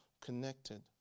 connected